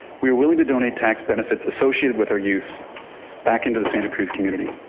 we are willing to donate tax benefits associated with our use back into the santa cruz community.